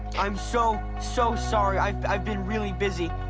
i'm so, so sorry. i i've been really busy.